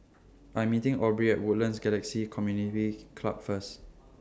I'm meeting Aubrie Woodlands Galaxy Community Club First